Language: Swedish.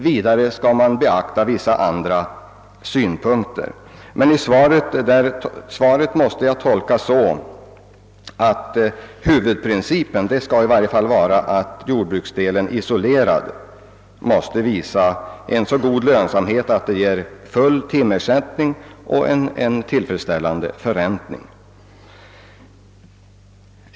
Vidare skall man beakta vissa andra synpunkter, exempelvis lönsamheten. Svaret måste emellertid tolkas så, att huvudprincipen i varje särskilt fall skall vara att jordbruksdelen isolerad måste visa en så god lönsamhet, att den ger full timersättning och en tillfredsställande förräntning.